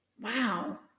wow